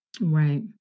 Right